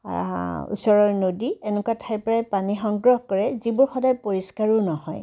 ওচৰৰ নদী এনেকুৱা ঠাইৰপৰাই পানী সংগ্ৰহ কৰে যিবোৰ সদায় পৰিস্কাৰো নহয়